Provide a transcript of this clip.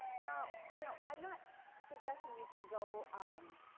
now, you know i'm not suggesting you can go i'm